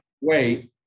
wait